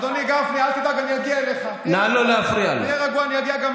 אדוני, גפני, אל תדאג, אני אגיע אליך.